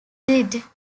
did